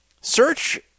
search